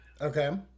Okay